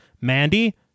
Mandy